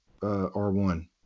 r1